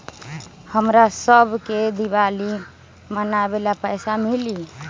हमरा शव के दिवाली मनावेला पैसा मिली?